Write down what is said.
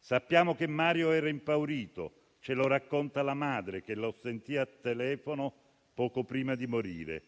Sappiamo che Mario era impaurito: ce lo racconta la madre che lo sentì al telefono poco prima di morire.